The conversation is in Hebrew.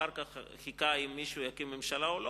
ואחר כך חיכה האם מישהו יקים ממשלה או לא.